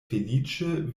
feliĉe